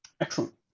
Excellent